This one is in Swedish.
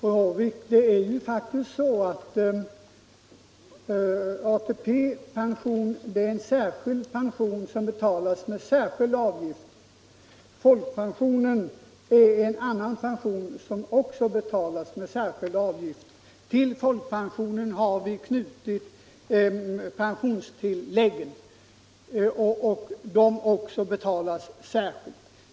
Herr talman! Det är faktiskt så, fru Håvik, att ATP-pension är en särskild pension som betalas med särskild avgift. Folkpension är en annan pension som också betalas med särskild avgift. Till folkpensionen har vi knutit pensionstilläggen, och de betalas också särskilt.